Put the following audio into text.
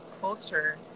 culture